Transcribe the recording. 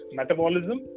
metabolism